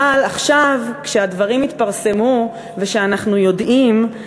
אבל עכשיו, כשהדברים התפרסמו וכשאנחנו יודעים,